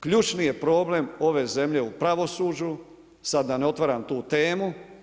Ključni je problem ove zemlje u pravosuđu, sad da ne otvaram tu temu.